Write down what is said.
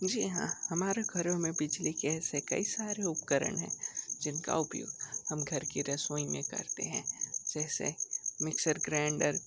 जी हाँ हमारे घरों मे बिजली के ऐसे कई सारे उपकरण हैं जिनका उपयोग हम घर की रसोई में करते हैं जैसे मिक्सर ग्राइंडर